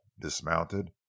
dismounted